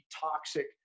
toxic